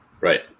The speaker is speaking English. Right